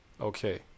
Okay